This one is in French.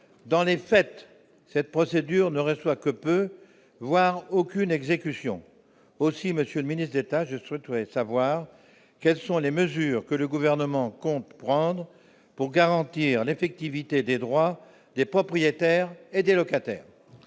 dans les fêtes, cette procédure ne reçoit que peu voire aucune exécution aussi, monsieur le ministre d'État, je retour et savoir quelles sont les mesures que le gouvernement compte prendre pour garantir l'effectivité des droits des propriétaires et des locataires.